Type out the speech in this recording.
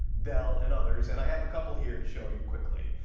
dell, and others. and i have a couple here to show you quickly.